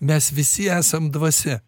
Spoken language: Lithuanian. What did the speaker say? mes visi esam dvasia